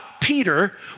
Peter